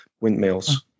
windmills